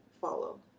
follow